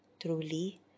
Truly